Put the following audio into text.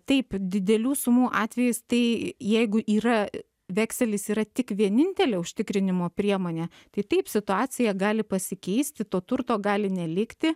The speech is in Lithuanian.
taip didelių sumų atvejais tai jeigu yra vekselis yra tik vienintelė užtikrinimo priemonė tai taip situacija gali pasikeisti to turto gali nelikti